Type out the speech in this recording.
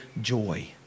joy